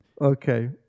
Okay